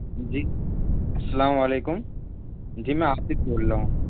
جی السلام وعلیکم جی میں عابد بول رہا ہوں